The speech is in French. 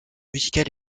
musicale